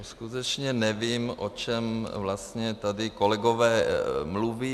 Skutečně nevím, o čem vlastně tady kolegové mluví.